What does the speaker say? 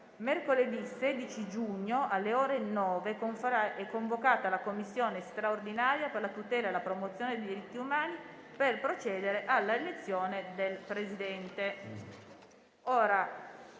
Mercoledì 16 giugno, alle ore 9, è convocata la Commissione straordinaria per la tutela e la promozione dei diritti umani, per procedere all'elezione del Presidente.